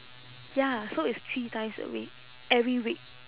ya so it's three times a week every week